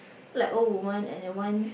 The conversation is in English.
like old women and then one